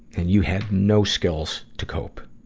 and you had no skills to cope.